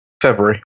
February